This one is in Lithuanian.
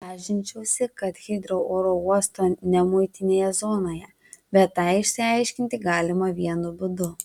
lažinčiausi kad hitrou oro uosto nemuitinėje zonoje bet tą išsiaiškinti galima vienu būdu